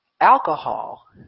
Alcohol